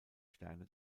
sterne